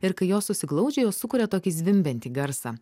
ir kai jos susiglaudžia jos sukuria tokį zvimbiantį garsą